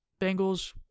Bengals